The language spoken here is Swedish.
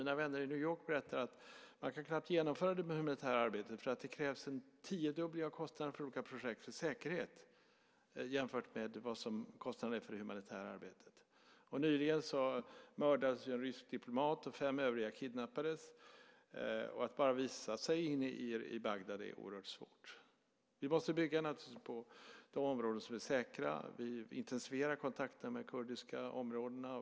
Mina vänner i New York berättar att man knappt kan genomföra det humanitära arbetet, för det krävs en tiodubbling av säkerhetskostnaden för de olika projekten jämfört med kostnaden för det humanitära arbetet. Nyligen mördades ju en rysk diplomat och fem övriga kidnappades. Bara att visa sig inne i Bagdad är oerhört svårt. Vi måste naturligtvis bygga på de områden som är säkra. Vi intensifierar kontakterna med de kurdiska områdena.